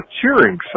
cheering